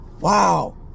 wow